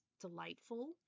delightful